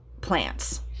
plants